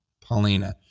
Paulina